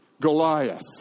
Goliath